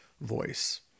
voice